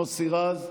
חבר הכנסת מוסי רז,